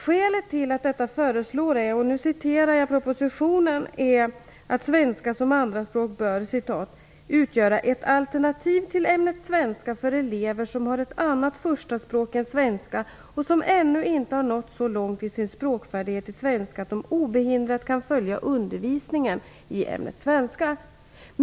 Skälet till att det föreslås - och nu citerar jag propositionen - är att svenska som andraspråk bör "utgöra ett alternativ till ämnet svenska för elever som har ett annat första språk än svenska och som ännu inte har nått så långt i sin språkfärdighet i svenska att de obehindrat kan följa undervisningen i ämnet svenska."